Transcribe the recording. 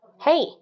Hey